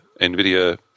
Nvidia